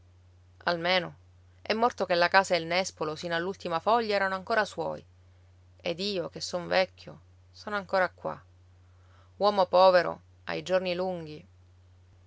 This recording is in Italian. almeno è morto che la casa e il nespolo sino all'ultima foglia erano ancora suoi ed io che son vecchio sono ancora qua uomo povero ha i giorni lunghi